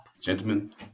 Gentlemen